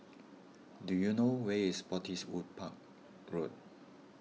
do you know where is Spottiswoode Park Road